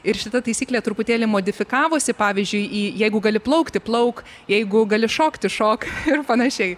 ir šita taisyklė truputėlį modifikavosi pavyzdžiui į jeigu gali plaukti plaukt jeigu gali šokti šok ir panašiai